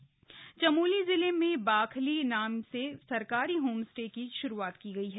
Bakhli home stay Chamoli जिले में बाखली नाम से सरकारी होम स्टे की शुरूआत की गई है